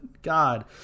God